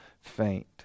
faint